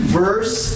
verse